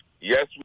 Yes